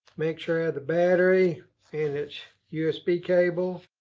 make sure i have the battery and it's usb cable.